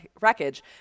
Wreckage